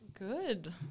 Good